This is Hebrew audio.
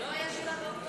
לא היה 7 באוקטובר.